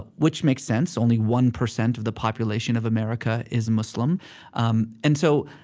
which makes sense. only one percent of the population of america is muslim um and so,